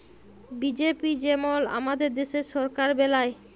BJP যেমল আমাদের দ্যাশের সরকার বেলায়